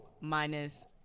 minus